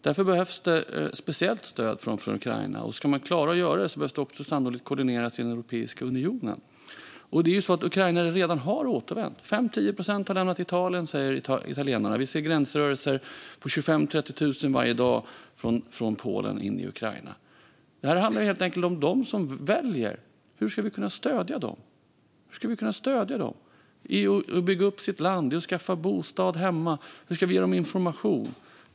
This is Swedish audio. Därför behövs det speciellt stöd när det gäller Ukraina. Och om man ska klara det behöver det sannolikt koordineras i Europeiska unionen. Ukrainare har redan återvänt. Italienarna säger att 5-10 procent har lämnat Italien, och vi ser gränsrörelser på 25 000-30 000 varje dag från Polen in i Ukraina. Detta handlar helt enkelt om de människor som väljer att göra detta och hur vi ska kunna stödja dem när det gäller att bygga upp deras land och skaffa bostad hemma och hur vi ska ge dem information.